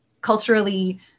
culturally